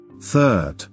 Third